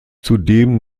zudem